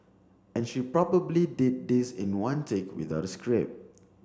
and she probably did this in one take without a script